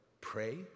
pray